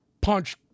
punched